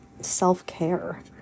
self-care